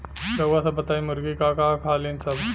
रउआ सभ बताई मुर्गी का का खालीन सब?